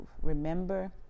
remember